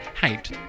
hate